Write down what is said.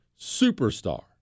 superstar